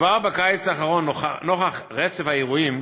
כבר בקיץ האחרון, נוכח רצף האירועים,